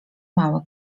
mały